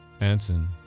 Anson